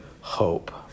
hope